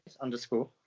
underscore